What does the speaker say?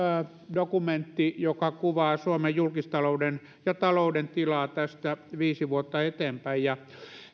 dokumentti joka kuvaa suomen julkistalouden ja talouden tilaa tästä viisi vuotta eteenpäin ja